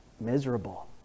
miserable